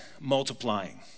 multiplying